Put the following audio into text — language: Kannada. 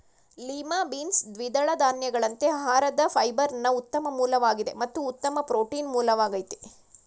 ಲಿಮಾ ಬೀನ್ಸ್ ದ್ವಿದಳ ಧಾನ್ಯಗಳಂತೆ ಆಹಾರದ ಫೈಬರ್ನ ಉತ್ತಮ ಮೂಲವಾಗಿದೆ ಮತ್ತು ಉತ್ತಮ ಪ್ರೋಟೀನ್ ಮೂಲವಾಗಯ್ತೆ